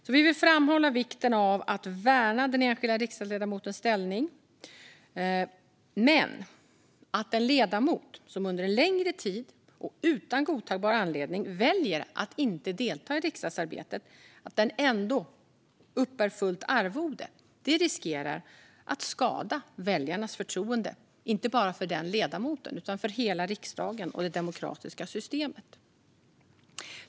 Vi vill alltså framhålla vikten av att värna den enskilda riksdagsledamotens ställning. Att en ledamot som under en längre tid och utan godtagbar anledning väljer att inte delta i riksdagsarbetet ändå uppbär fullt arvode riskerar dock att skada väljarnas förtroende inte bara för den ledamoten utan för hela riksdagen och det demokratiska systemet.